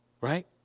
Right